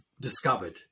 discovered